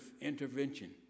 intervention